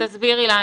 אז תסבירי לנו.